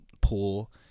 pool